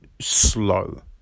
slow